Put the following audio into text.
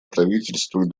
правительству